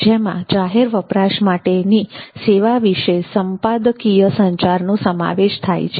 જેમાં જાહેર વપરાશ માટેની સેવા વિશે સંપાદકીય સંચારનો સમાવેશ થાય છે